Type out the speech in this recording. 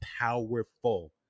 powerful